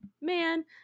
Man